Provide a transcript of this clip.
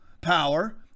power